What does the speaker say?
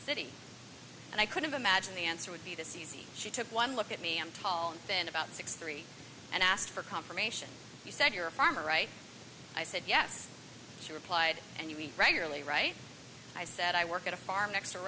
city and i couldn't imagine the answer would be this easy she took one look at me i'm tall and thin about six three and asked for confirmation he said you're a farmer right i said yes she replied and you eat regularly right i said i work at a farm next to